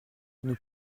nous